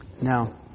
Now